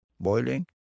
boiling